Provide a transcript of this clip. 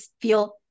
feel